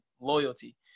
loyalty